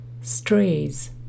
strays